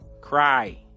cry